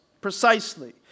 precisely